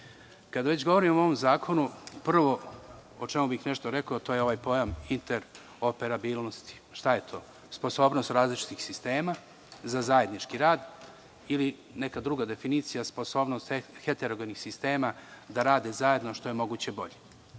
već govorimo o ovom zakonu, prvo o čemu bih nešto rekao, to je ovaj pojam interoperabilnosti. Šta je to? Sposobnost različitih sistema za zajednički rad ili, neka druga definicija, sposobnost heterogenih sistema da rade zajedno što je moguće bolje.U